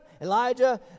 Elijah